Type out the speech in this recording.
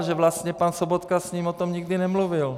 Že vlastně pan Sobotka s ním o tom nikdy nemluvil.